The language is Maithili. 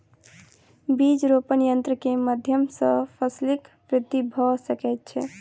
बीज रोपण यन्त्र के माध्यम सॅ फसीलक वृद्धि भ सकै छै